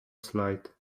slide